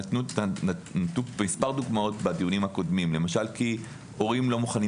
למשל נתנו מספר דוגמאות בדיונים הקודמים - כי הורים לא מוכנים